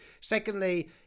Secondly